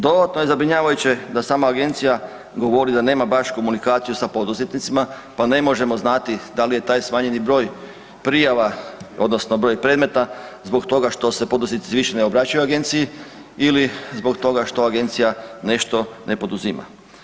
Dodatno je zabrinjavajuće da sama agencija govori da nema baš komunikaciju sa poduzetnicima pa ne možemo znati da li je taj smanjeni broj prijava odnosno broj predmeta zbog toga što se poduzetnici više ne obraćaju agenciji ili zbog toga što agencija nešto ne poduzima.